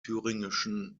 thüringischen